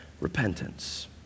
repentance